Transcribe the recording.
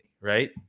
right